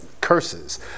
curses